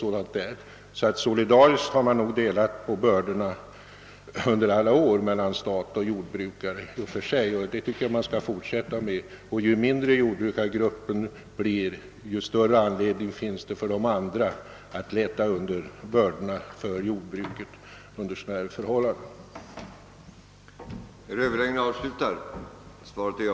Staten och jordbrukarna har under alla år solidariskt delat på bördorna, och det tycker jag man skall fortsätta med. Ju mindre jordbrukargruppen blir, desto större anledning finns det för andra att underlätta situationen för jordbruket när det uppstår besvärliga förhållanden genom missväxt.